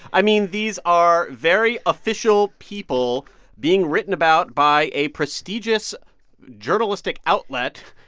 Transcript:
i mean, these are very official people being written about by a prestigious journalistic outlet.